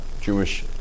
Jewish